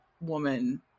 woman